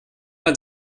man